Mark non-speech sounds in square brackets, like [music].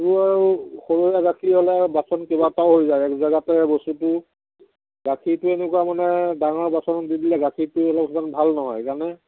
[unintelligible] হৈ যায় জেগাতে বস্তুটো গাখীৰটো এনেকুৱা মানে ডাঙৰ বাচন দিলে গাখীৰটো অলপমান ভাল নহয় সেইকাৰণে